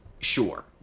sure